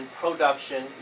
production